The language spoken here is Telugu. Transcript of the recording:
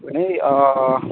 వినయ్